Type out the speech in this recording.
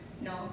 no